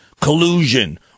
collusion